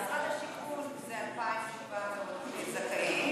במשרד השיכון זה 2,700 זכאים,